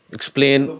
Explain